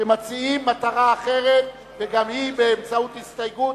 שמציעים מטרה אחרת, וגם היא באמצעות הסתייגות